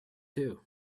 too